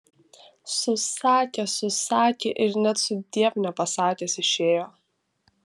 susakė susakė ir net sudiev nepasakęs išėjo